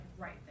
right